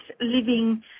living